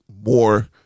more